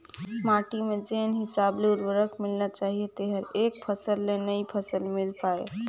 माटी में जेन हिसाब ले उरवरक मिलना चाहीए तेहर एक फसल ले नई फसल मिल पाय